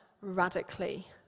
radically